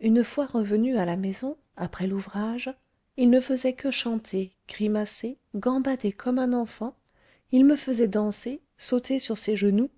une fois revenu à la maison après l'ouvrage il ne faisait que chanter grimacer gambader comme un enfant il me faisait danser sauter sur ses genoux